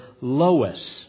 Lois